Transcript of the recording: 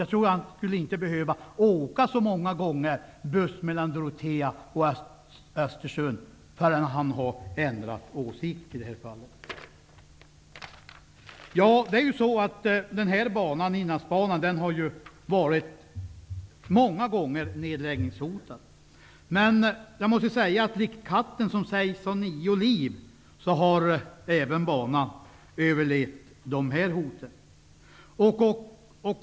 Jag tror inte att han skulle behöva åka så många gånger buss mellan Dorotea och Östersund förrän han hade ändrat åsikt. Inlandsbanan har många gånger varit nedläggningshotad. Jag måste säga att likt katten som sägs ha nio liv har även Inlandsbanan överlevt dessa hot.